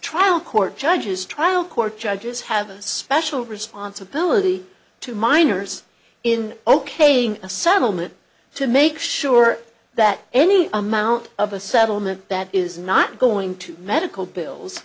trial court judges trial court judges have a special responsibility to minors in okaying a settlement to make sure that any amount of a settlement that is not going to medical bills